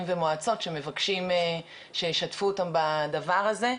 ומועצות שמבקשים שישתפו אותם בדבר הזה.